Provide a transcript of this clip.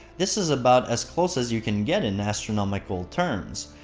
this is about as close as you can get in astronomical terms.